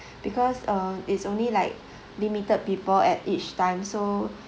because uh it's only like limited people at each time so